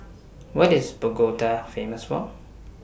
What IS Bogota Famous For